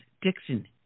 Dixon